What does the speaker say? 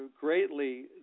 greatly